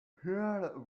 pearl